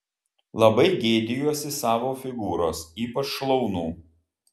labai gėdijuosi savo figūros ypač šlaunų